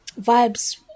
vibes